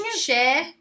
share